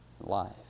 life